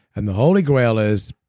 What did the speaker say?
and the holy grail is,